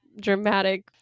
dramatic